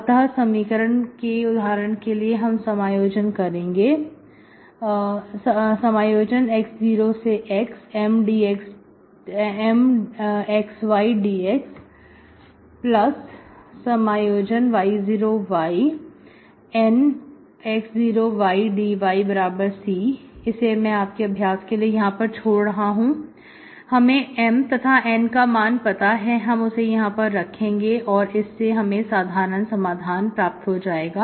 अतः समीकरण के उदाहरण के लिए हम समायोजन करेंगे x0xMxy dxy0yNx0y dyC इसे मैं आपके अभ्यास के लिए यहां पर छोड़ रहा हूं हमें M तथाN का मान पता है उसे हम यहां पर रखेंगे और इससे हमें साधारण समाधान प्राप्त हो जाएगा